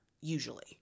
usually